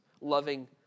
Loving